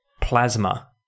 plasma